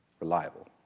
reliable